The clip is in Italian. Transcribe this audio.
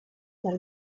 dal